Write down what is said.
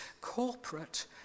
corporate